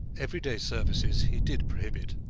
every-day services he did prohibit,